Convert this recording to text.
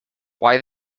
why